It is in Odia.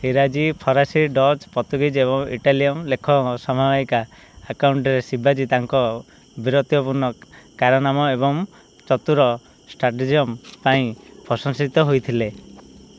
ଇଂରାଜୀ ଫରାସୀ ଡଚ୍ ପର୍ତ୍ତୁଗୀଜ୍ ଏବଂ ଇଟାଲୀୟ ଲେଖକଙ୍କ ସମସାମୟିକ ଆକାଉଣ୍ଟରେ ଶିବାଜୀ ତାଙ୍କର ବୀରତ୍ୱପୂର୍ଣ୍ଣ କାରନାମା ଏବଂ ଚତୁର ଷ୍ଟ୍ରାଟେଜେମ୍ ପାଇଁ ପ୍ରଶଂସିତ ହୋଇଥିଲେ